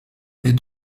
les